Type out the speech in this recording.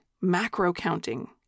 macro-counting